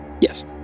Yes